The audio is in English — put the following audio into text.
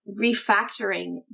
refactoring